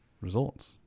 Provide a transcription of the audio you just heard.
results